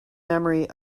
memory